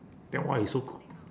then why you so c~ c~